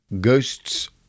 Ghosts